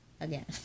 again